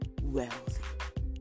wealthy